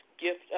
gift